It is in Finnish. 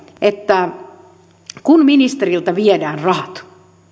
että ministeriltä viedään rahat